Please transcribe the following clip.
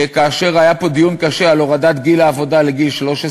כאשר היה פה דיון קשה על הורדת גיל העבודה ל-13.